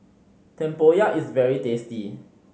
tempoyak is very tasty